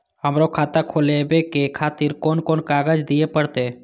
हमरो खाता खोलाबे के खातिर कोन कोन कागज दीये परतें?